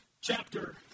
chapter